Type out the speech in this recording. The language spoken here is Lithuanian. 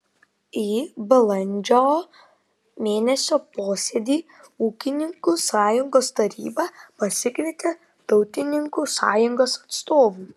į balandžio mėnesio posėdį ūkininkų sąjungos taryba pasikvietė tautininkų sąjungos atstovų